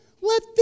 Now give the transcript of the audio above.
Let